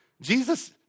Jesus